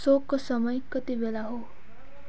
शोकको समय कति बेला हो